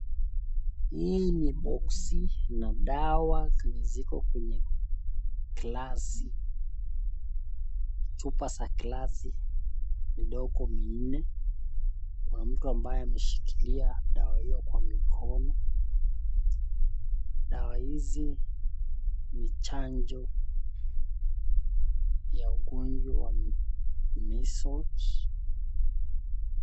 Hii ni boksi na dawa zenye ziko kwenye glasi ,chupa za glasi ndogo minne. Kuna mtu ambaye ameshikilia dawa hiyo kwa mikono dawa hizi ni chanjo ya ugonjwa wa measles .